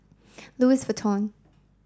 Louis Vuitton